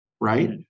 right